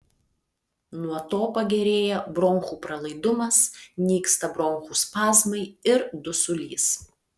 nuo to pagerėja bronchų pralaidumas nyksta bronchų spazmai ir dusulys